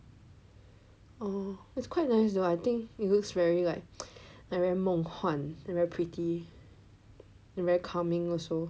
oh it's quite nice though I think it looks very like 梦幻 very pretty and very calming also